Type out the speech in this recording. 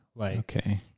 Okay